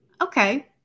okay